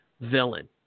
villain